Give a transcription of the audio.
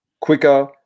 quicker